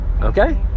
Okay